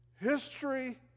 History